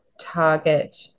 target